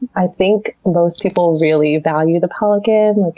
i think most people really value the pelican. like,